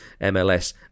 MLS